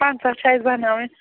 پنٛژاہ چھِ اَسہِ بناوٕنۍ